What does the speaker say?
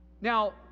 Now